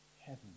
Heaven